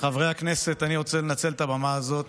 חברי הכנסת, אני רוצה לנצל את הבמה הזאת